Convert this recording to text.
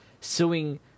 suing